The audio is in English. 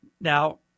Now